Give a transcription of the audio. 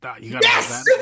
Yes